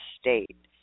state